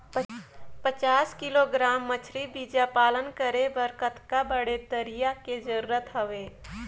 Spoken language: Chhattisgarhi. पचास किलोग्राम मछरी बीजा पालन करे बर कतका बड़े तरिया के जरूरत हवय?